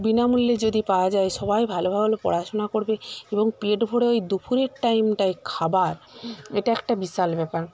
বিনামূল্যে যদি পাওয়া যায় সবাই ভালো ভালো পড়াশোনা করবে এবং পেট ভরে ওই দুপুরের টাইমটায় খাবার এটা একটা বিশাল ব্যাপার